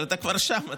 אבל אתה כבר שם,